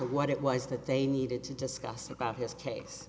to what it was that they needed to discuss about his case